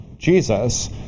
Jesus